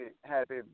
happy